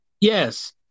Yes